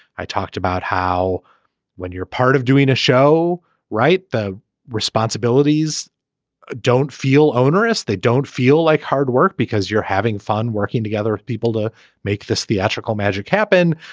i talked about how when you're part of doing a show right. the responsibilities don't feel onerous. they don't feel like hard work because you're having fun working together people to make this theatrical magic happen.